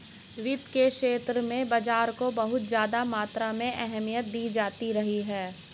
वित्त के क्षेत्र में बाजारों को बहुत ज्यादा मात्रा में अहमियत दी जाती रही है